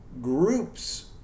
groups